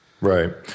Right